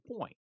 point